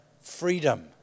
freedom